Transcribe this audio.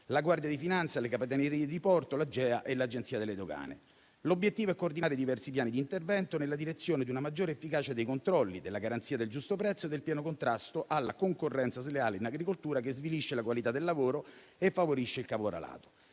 la Guardia di finanza, le Capitanerie di porto, l'AGEA e l'Agenzia delle dogane. L'obiettivo è coordinare i diversi piani di intervento nella direzione di una maggiore efficacia dei controlli, della garanzia del giusto prezzo e del pieno contrasto alla concorrenza sleale in agricoltura, che svilisce la qualità del lavoro e favorisce il caporalato.